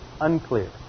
unclear